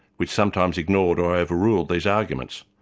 which sometimes ignored or over-ruled these arguments.